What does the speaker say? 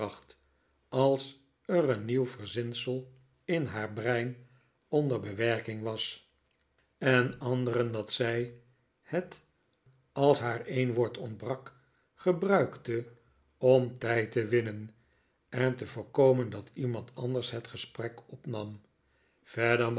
als er een nieuw verzinsel in haar breift onder bewerking was en anderen dat zij het als haar een woord ontbrak gebruikte om tijd te winnen en te voorkomen dat iemand anders het gesprek opnam verder